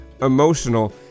emotional